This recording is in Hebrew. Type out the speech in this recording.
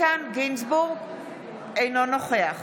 אינו נוכח